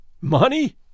Money